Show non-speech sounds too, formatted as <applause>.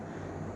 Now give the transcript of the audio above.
<breath>